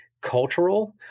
cultural